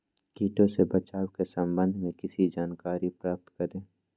किटो से बचाव के सम्वन्ध में किसी जानकारी प्राप्त करें?